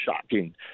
shocking